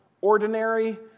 ordinary